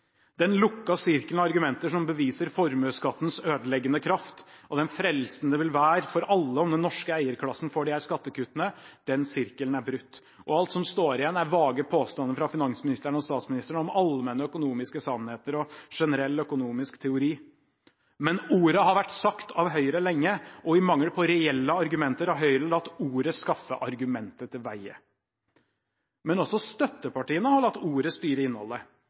Den lukkende sirkelen av argumenter som beviser formuesskattens ødeleggende kraft, og den frelsen det vil være for alle om den norske eierklassen får disse skattekuttene, er brutt. Alt som står igjen er vage påstander fra finansministeren og statsministeren om «allmenne økonomiske sannheter» og «generell økonomisk teori». Men ordet har vært sagt av Høyre lenge, og i mangel på reelle argumenter har Høyre latt ordet skaffe argumentet til veie. Men også støttepartiene har latt ordet styre innholdet.